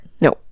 No